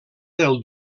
del